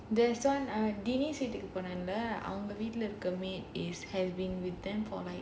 there's one dinesh வீட்டுக்கு போனேன்ல அவங்க வீட்ல இருக்கும்போது:veetukku ponnaenla avanga veetla irukkumpothu maid is having with them for like